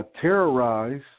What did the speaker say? Terrorize